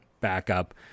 backup